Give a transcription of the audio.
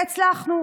והצלחנו.